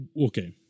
Okay